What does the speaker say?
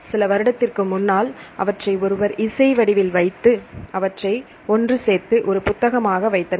சில வருடத்திற்கு முன்னால் அவற்றை ஒருவர் இசைவடிவில் வைத்து அவற்றை ஒன்று சேர்த்து ஒரு புத்தகமாக வைத்தனர்